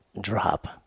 drop